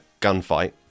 gunfight